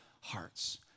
hearts